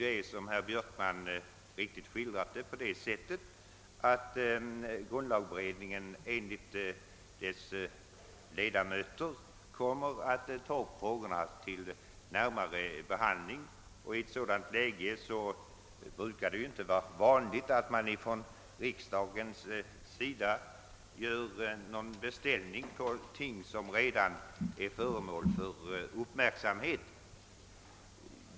Såsom herr Björkman här riktigt skildrat kommer grundlagberedningen, enligt vad dess ledamöter anser, att låta frågorna bli föremål för närmare behandling, och man brukar ju inte från riksdagens sida göra någon beställning i fråga om ting som redan är föremål för uppmärksamhet.